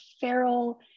feral